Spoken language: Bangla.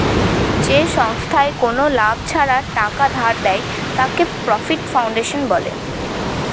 যে সংস্থায় কোনো লাভ ছাড়া টাকা ধার দেয়, তাকে নন প্রফিট ফাউন্ডেশন বলে